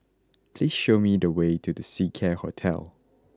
please show me the way to The Seacare Hotel